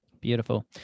Beautiful